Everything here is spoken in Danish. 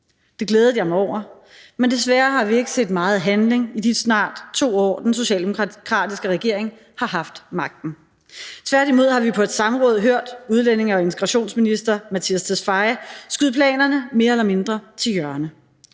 Det glædede jeg mig over, men desværre har vi ikke set meget handling i de snart 2 år, den socialdemokratiske regering har haft magten. Tværtimod har vi på et samråd hørt udlændinge- og integrationsminister skyde planerne mere eller mindre til hjørne.